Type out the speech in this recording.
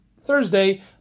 Thursday